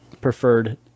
preferred